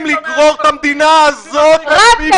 לגרור את המדינה הזאת אל עברי פי פחת.